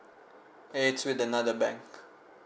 it's with another bank